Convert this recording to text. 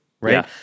right